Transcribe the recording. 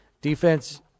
defense